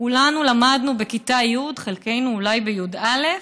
כולנו למדנו בכיתה י', חלקנו אולי בי"א,